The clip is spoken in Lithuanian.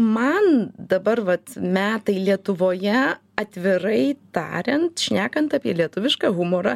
man dabar vat metai lietuvoje atvirai tariant šnekant apie lietuvišką humorą